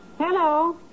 Hello